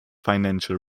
financial